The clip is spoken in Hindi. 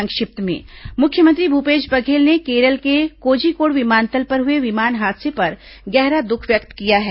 संक्षिप्त समाचार मुख्यमंत्री भूपेश बघेल ने केरल के कोझिकोड विमानतल पर हुए विमान हादसे पर गहरा दुख व्यक्त किया है